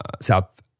South